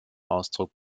ausdruck